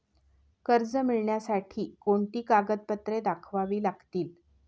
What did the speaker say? कर्ज मिळण्यासाठी कोणती कागदपत्रे दाखवावी लागतील?